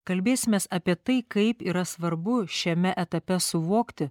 kalbėsimės apie tai kaip yra svarbu šiame etape suvokti